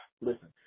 Listen